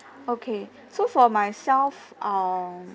okay so for myself err